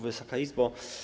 Wysoka Izbo!